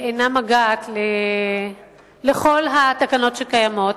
אינה מגעת לכל התקנות שקיימות,